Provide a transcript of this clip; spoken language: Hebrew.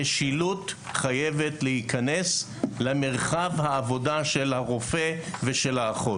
המשילות חייבת להיכנס למרחב העבודה של הרופא ושל האחות.